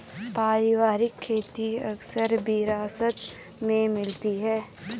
पारिवारिक खेती अक्सर विरासत में मिलती है